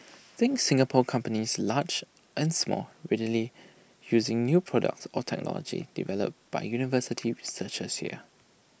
think Singapore companies large and small readily using new products or technology developed by university researchers here